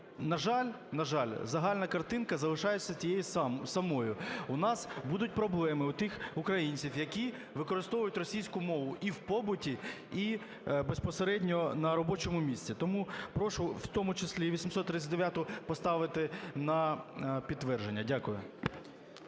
на жаль, загальна картинка залишається тією самою. У нас будуть проблеми, у тих українців, які використовують російську мову і в побуті, і безпосередньо на робочому місяці. Тому прошу в тому числі і 839-у поставити на підтвердження. Дякую.